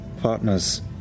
partners